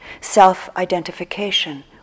self-identification